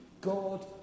God